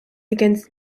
against